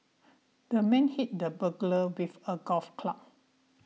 the man hit the burglar with a golf club